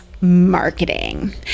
marketing